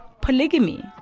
Polygamy